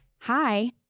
hi